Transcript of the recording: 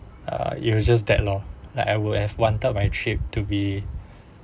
uh it was just that lor like I would have wanted my trip to be